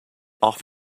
off